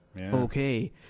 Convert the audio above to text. okay